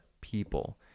people